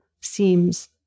seems